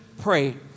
pray